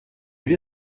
wir